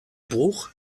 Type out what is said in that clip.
bruch